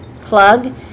plug